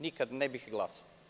Nikad ne bih glasao.